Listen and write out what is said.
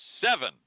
seven